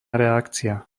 reakcia